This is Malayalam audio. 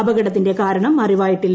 അപകടത്തിന്റെ കാരണം അറിവായിട്ടില്ല